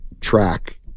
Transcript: track